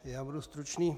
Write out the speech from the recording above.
Já budu stručný.